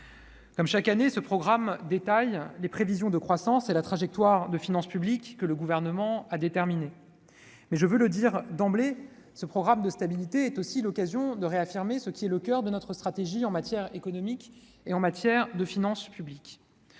Comme chaque année, ce programme détaille les prévisions de croissance et la trajectoire de finances publiques que le Gouvernement a déterminées. Mais je veux dire d'emblée que ce programme de stabilité est aussi l'occasion de réaffirmer ce qui est le coeur de notre stratégie en matière d'économie et de finances publiques.